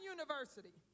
University